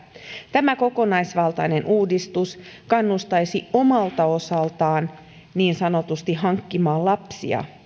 tämä kokonaisvaltainen uudistus kannustaisi omalta osaltaan niin sanotusti hankkimaan lapsia